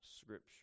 Scripture